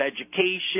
education